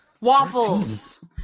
waffles